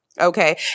Okay